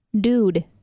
Dude